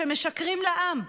שהם משקרים לעם,